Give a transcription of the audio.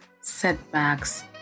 setbacks